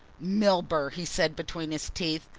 milburgh! he said between his teeth.